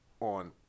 on